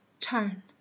turn